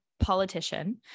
politician